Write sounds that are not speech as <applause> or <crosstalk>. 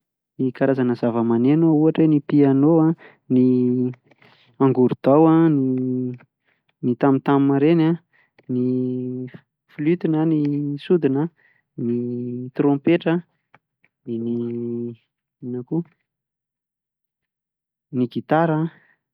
Ny karazana zava-maneno an, ohatra hoe ny piano an, ny, <hesitation> angorodao an, ny <hesitation> tam tam ireny an, ny <hesitation> flute na ny sodina, ny <hesitation> trompetra, inona koa? <hesitation> ny gitara zay.